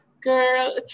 girl